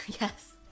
Yes